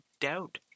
doubt